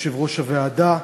יושב-ראש הוועדה,